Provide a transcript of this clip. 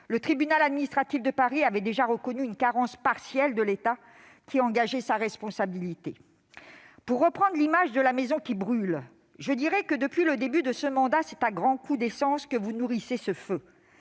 le tribunal administratif de Paris avait déjà reconnu une carence partielle de l'État, qui engageait sa responsabilité. Pour reprendre l'image de la maison qui brûle, je dirais que depuis le début de ce mandat, c'est à grand renfort d'essence que vous nous nourrissez ce feu.